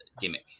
gimmick